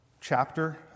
chapter